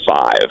five